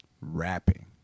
rapping